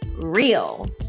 real